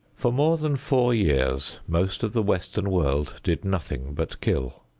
for more than four years most of the western world did nothing but kill.